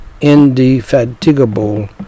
indefatigable